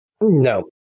No